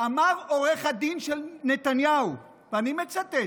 אמר עורך הדין של נתניהו, ואני מצטט: